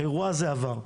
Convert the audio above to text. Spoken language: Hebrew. האירוע הזה עבר.